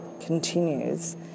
continues